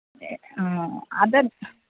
എഹ് ആഹ് അതെ